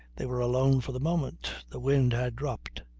they were alone for the moment. the wind had dropped.